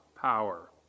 power